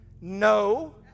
No